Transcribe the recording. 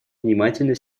внимательно